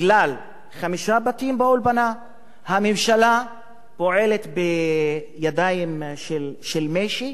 בגלל חמישה בתים באולפנה הממשלה פועלת בכפפות של משי,